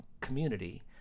community